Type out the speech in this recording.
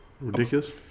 Ridiculous